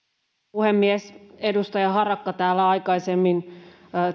puhemies edustaja harakka täällä aikaisemmin